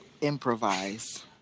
improvise